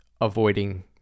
avoiding